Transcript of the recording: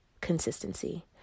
consistency